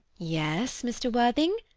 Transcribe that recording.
yes, mr. worthing,